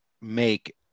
make